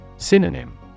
synonym